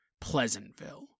Pleasantville